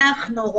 אנחנו,